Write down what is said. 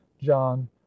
john